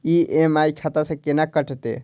EMI खाता से केना कटते?